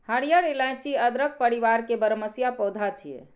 हरियर इलाइची अदरक परिवार के बरमसिया पौधा छियै